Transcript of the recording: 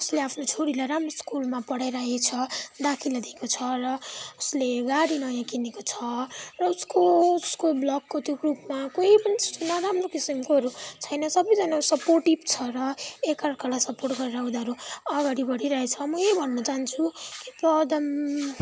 उसले आफ्नो छोरीलाई राम्रो स्कुलमा पढाइरहेछ दाखिला दिएको छ र उसले गाडी नयाँ किनेको छ र उसको उसको ब्लगको त्यो ग्रुपमा कोही पनि नराम्रो किसिमकोहरू छैन सबैजना सपोर्टिभ छ र एकाअर्कालाई सपोर्ट गरेर उनीहरू अगाडि बढिरहेछ म यही भन्नु चाहन्छु पदम